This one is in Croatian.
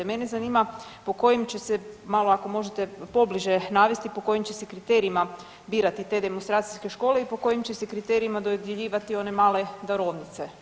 Mene zanima po kojim će se, malo ako možete pobliže navesti, po kojim će se kriterijima birati te demonstracijske škole i po kojim će se kriterijima dodjeljivati one male darovnice?